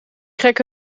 gekke